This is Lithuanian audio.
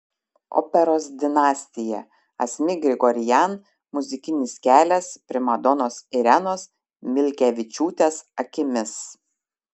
operos dinastija asmik grigorian muzikinis kelias primadonos irenos milkevičiūtės akimis